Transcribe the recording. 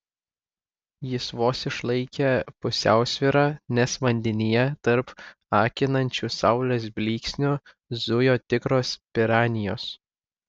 jis vos išlaikė pusiausvyrą nes vandenyje tarp akinančių saulės blyksnių zujo tikros piranijos